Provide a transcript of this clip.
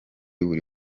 buri